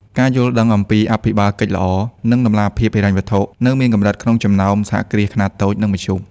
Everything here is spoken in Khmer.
ការយល់ដឹងអំពី អភិបាលកិច្ចល្អ និងតម្លាភាពហិរញ្ញវត្ថុ នៅមានកម្រិតក្នុងចំណោមសហគ្រាសខ្នាតតូច និងមធ្យម។